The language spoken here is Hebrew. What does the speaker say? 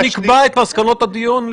נקבע את מסקנות הדיון לפני שנסיים אותו.